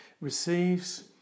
receives